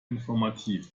informativ